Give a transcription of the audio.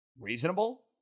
reasonable